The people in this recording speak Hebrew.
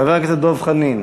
חבר הכנסת דב חנין?